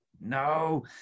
no